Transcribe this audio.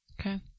okay